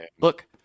look